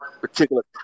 particular